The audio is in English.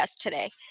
today